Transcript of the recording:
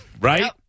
Right